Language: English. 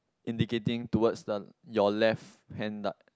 indicating towards the your left hand dart